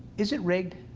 is it rigged?